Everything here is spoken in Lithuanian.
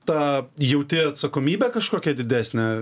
tą jauti atsakomybę kažkokią didesnę